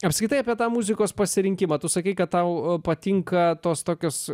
apskritai apie tą muzikos pasirinkimą tu sakei kad tau patinka tos tokios